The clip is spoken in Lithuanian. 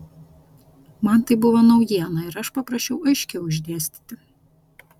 man tai buvo naujiena ir aš paprašiau aiškiau išdėstyti